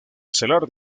estelar